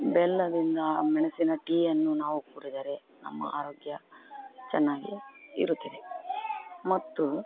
ಬೆಲ್ಲದಿಂದ ಆ ಮೆಣಸಿನ ಟೀಯನ್ನು ನಾವು ಕುಡಿದರೆ ನಮ್ಮ ಆರೋಗ್ಯ ಚೆನ್ನಾಗಿ ಇರುತ್ತದೆ ಮತ್ತು